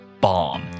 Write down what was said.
bomb